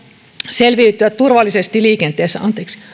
selviytyä turvallisesti liikenteessä